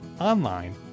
online